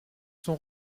sont